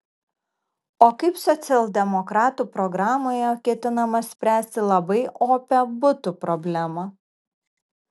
o kaip socialdemokratų programoje ketinama spręsti labai opią butų problemą